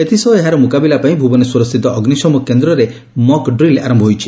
ଏଥ୍ସହ ଏହାର ମୁକାବିଲା ପାଇଁ ଭୁବନେଶ୍ୱରସ୍ଥିତ ଅଗୁିଶମ କେନ୍ଦ୍ରରେ ମକ୍ ଡ୍ରିଲ୍ ଆର ହୋଇଛି